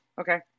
okay